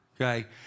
okay